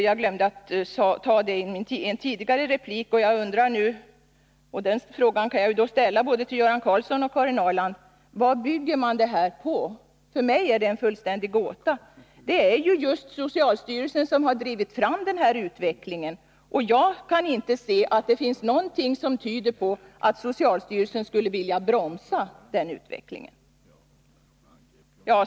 Jag glömde att ta upp detta i en tidigare replik, och jag vill nu ställa frågan till både Göran Karlsson och Karin Ahrland: Vad bygger man den skrivningen på? För mig är det en fullständig gåta. Det är ju just socialstyrelsen som har drivit fram utvecklingen mot mindre enheter, och jag kan inte se att det finns någonting som tyder på att socialstyrelsen skulle vilja bromsa den utvecklingen.